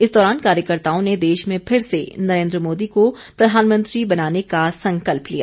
इस दौरान कार्यकर्ताओं ने देश में फिर से नरेन्द्र मोदी को प्रधानमंत्री बनाने का संकल्प लिया